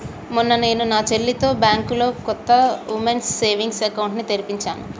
మొన్న నేను నా చెల్లితో బ్యాంకులో కొత్త ఉమెన్స్ సేవింగ్స్ అకౌంట్ ని తెరిపించాను